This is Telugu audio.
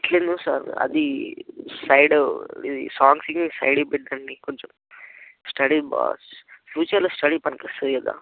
అట్లెందుకు సార్ అది సైడు ఇది సాంగ్స్నే సైడ్కి పెట్టండి కొంచెం స్టడీ ఫ్యూచర్లో స్టడీ పనికొస్తుంది కదా